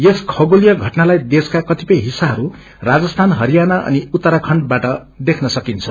यस खगोलयि घटनालाई देशक्व कतिपय हिस्साहरू राजस्थान हरियाणा अनि उत्तराखण्ड बाट देख्न सकिन्छ